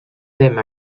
them